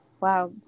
Wow